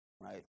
Right